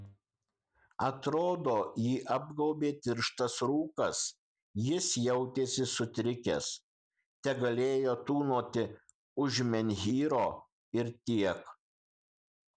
atrodo jį apgaubė tirštas rūkas jis jautėsi sutrikęs tegalėjo tūnoti už menhyro ir tiek